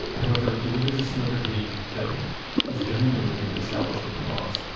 however, the religious liberty that is genuinely in the establishment clause,